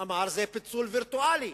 שזה פיצול וירטואלי.